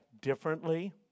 differently